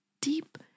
deep